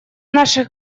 наших